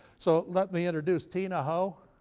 so let me introduce tina ho